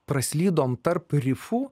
praslydome tarp rifų